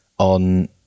on